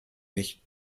nicht